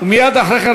ומייד אחרי כן,